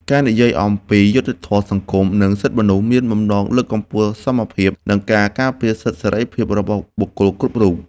ការនិយាយអំពី យុត្តិធម៌សង្គម និងសិទ្ធិមនុស្ស មានបំណងលើកកម្ពស់សមភាព និងការការពារសិទ្ធិសេរីភាពរបស់បុគ្គលគ្រប់រូប។